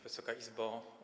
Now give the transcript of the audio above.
Wysoka Izbo!